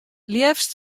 leafst